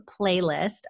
playlist